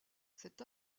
cet